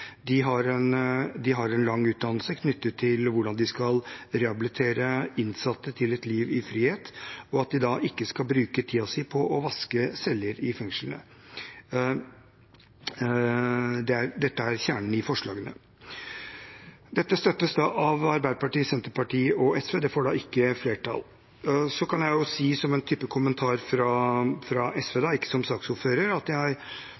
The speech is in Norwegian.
De har en lang utdannelse knyttet til hvordan de skal rehabilitere innsatte til et liv i frihet, og de skal da ikke bruke tiden sin på å vaske celler i fengslene. Dette er kjernen i forslaget, og det støttes av Arbeiderpartiet, Senterpartiet og SV. Det får da ikke flertall. Så kan jeg si, som en kommentar fra SV, ikke som saksordfører, at jeg